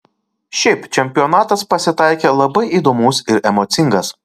šiaip čempionatas pasitaikė labai įdomus ir emocingas